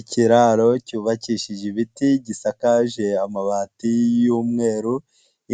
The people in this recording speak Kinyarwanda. Ikiraro cyubakishije ibiti gisakaje amabati y'umweru